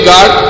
God